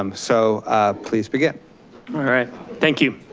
um so please begin. all right thank you.